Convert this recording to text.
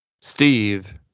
Steve